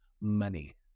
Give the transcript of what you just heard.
Money